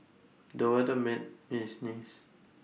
the weather made me sneeze